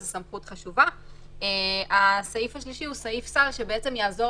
זו סמכות חשובה; החלק השלישי הוא סעיף סל שיעזור